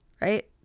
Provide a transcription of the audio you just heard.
right